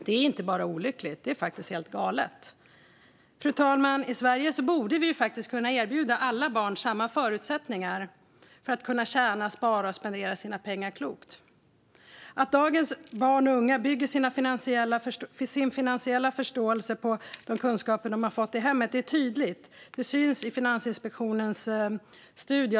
Det är inte bara olyckligt; det är faktiskt helt galet. Fru talman! I Sverige borde vi kunna erbjuda alla barn samma förutsättningar att tjäna, spara och spendera sina pengar klokt. Att dagens barn och unga bygger sin finansiella förståelse på de kunskaper de har fått i hemmet är tydligt. Det syns i Finansinspektionens studie.